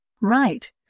Right